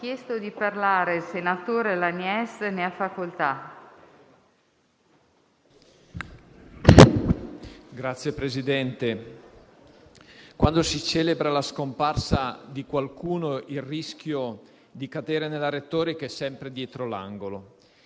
Signor Presidente, quando si celebra la scomparsa di qualcuno, il rischio di cadere nella retorica è sempre dietro l'angolo: